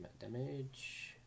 damage